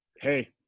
hey